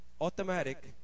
automatic